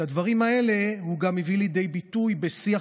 את הדברים האלה הוא הביא גם לידי ביטוי בשיח